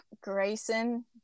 Grayson